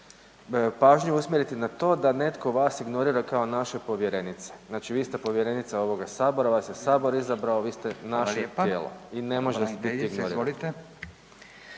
pažnju usmjeriti na to da netko vas ignorira kao naše povjerenice. Znači vi ste povjerenica ovoga Sabora, vas je Sabor izabrao vi ste naše tijelo i … /Govornici govore